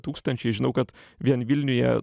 tūkstančiai žinau kad vien vilniuje